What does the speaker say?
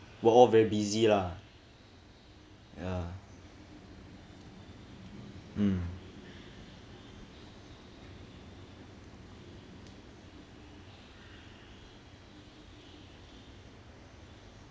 we're all very busy lah ya mm